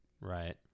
Right